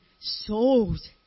souls